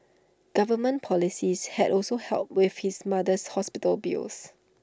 government policies had also helped with his mother's hospital bills